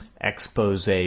expose